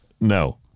No